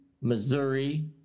Missouri